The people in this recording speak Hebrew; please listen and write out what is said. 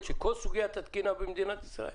של כל סוגיית התקינה במדינת ישראל?